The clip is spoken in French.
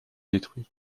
détruit